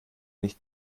nicht